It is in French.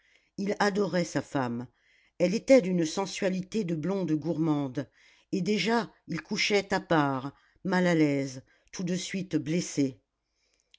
il adorait sa femme elle était d'une sensualité de blonde gourmande et déjà ils couchaient à part mal à l'aise tout de suite blessés